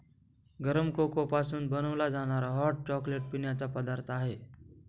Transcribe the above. गरम कोको पासून बनवला जाणारा हॉट चॉकलेट पिण्याचा पदार्थ आहे